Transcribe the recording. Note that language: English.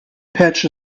patch